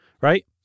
right